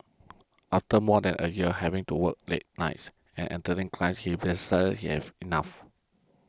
after more than a year of having to work late nights and Entertain Clients he decided he had enough